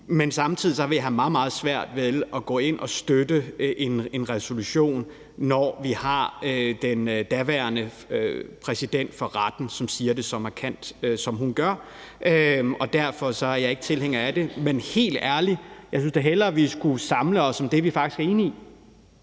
Men samtidig vil jeg have meget, meget svært ved at gå ind og støtte en resolution, når vi har den daværende præsident for retten, som siger det så markant, som hun gør. Og derfor er jeg ikke tilhænger af det. Men helt ærligt, jeg synes da hellere, at vi skulle samle os om det, vi faktisk er enige